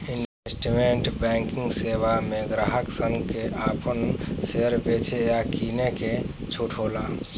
investment banking सेवा में ग्राहक सन के आपन शेयर बेचे आ किने के छूट होला